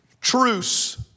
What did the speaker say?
truce